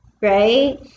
right